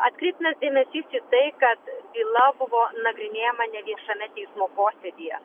atkreiptinas dėmesys į tai kad byla buvo nagrinėjama neviešame teismo posėdyje